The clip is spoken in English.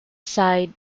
side